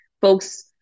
folks